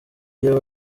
iyo